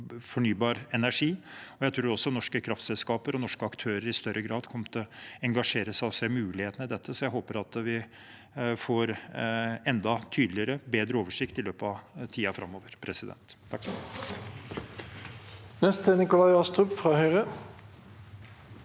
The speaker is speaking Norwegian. fornybar energi. Jeg tror også norske kraftselskaper og norske aktører i større grad kommer til å engasjere seg og se mulighetene i dette. Jeg håper vi får enda tydeligere og bedre oversikt i tiden framover.